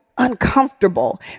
uncomfortable